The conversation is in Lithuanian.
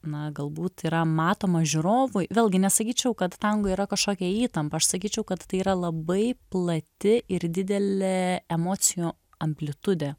na galbūt yra matomas žiūrovui vėlgi nesakyčiau kad tango yra kažkokia įtampa aš sakyčiau kad tai yra labai plati ir didelė emocijų amplitudė